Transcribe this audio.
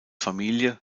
familie